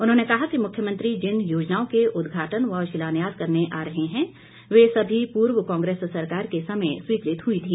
उन्होंने कहा कि मुख्यमंत्री जिन योजनाओं के उदघाटन व शिलान्यास करने आ रहे हैं वे सभी पूर्व कांग्रेस सरकार के समय स्वीकृत हुई थी